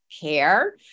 care